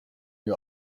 you